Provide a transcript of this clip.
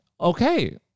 okay